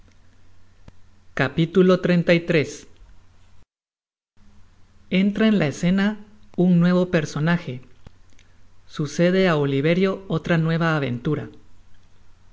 capítulo xxxiii entra en la escena un nuevo personaje sucede á oliverio otra nueva aventura